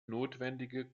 notwendige